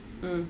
mm